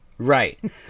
right